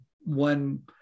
one